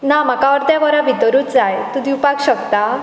ना म्हाका अर्दे वरा भितरूच जाय तूं दिवपाक शकता